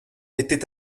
était